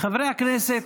חברי הכנסת,